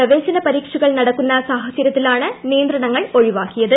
പ്രവേശന പരീക്ഷകൾ നടക്കുന്ന സാഹചര്യത്തിലാണ് നിയന്ത്രണങ്ങൾ ഒഴിവാക്കിയത്